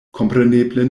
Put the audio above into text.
kompreneble